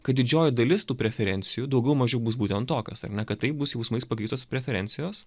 kad didžioji dalis tų preferencijų daugiau mažiau bus būtent tokios ar ne kad taip bus jausmais pagrįstos preferencijos